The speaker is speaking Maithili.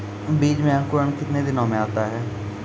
बीज मे अंकुरण कितने दिनों मे आता हैं?